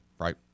right